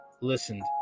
listened